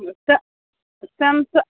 ओतय ओ टाइमसँ